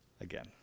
again